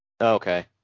Okay